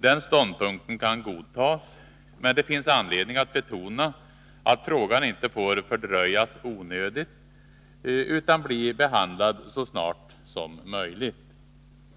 Den ståndpunkten kan godtas, men det finns anledning att betona att frågan inte får fördröjas onödigt utan bli behandlad så snart som möjligt.